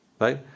right